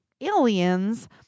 aliens